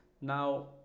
Now